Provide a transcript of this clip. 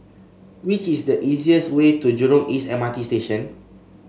what is the easiest way to Jurong East M R T Station